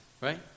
right